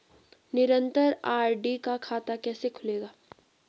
निरन्तर आर.डी का खाता कैसे खुलेगा?